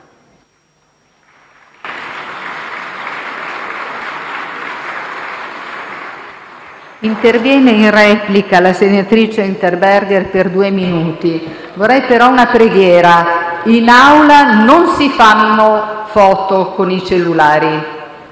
intervenire in replica la senatrice Unterberger, per due minuti. Avrei però una preghiera, colleghi: in Aula non si fanno foto con i cellulari.